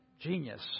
genius